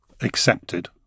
accepted